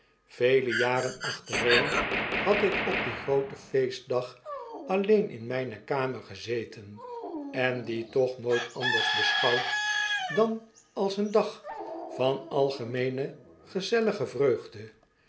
vele jaren achtereen had ik op dien grooten feestdag alleen in myne kamer gezeten en dien toch nooit anders beschouwd dan als een dag van algemeene gezellige vreugde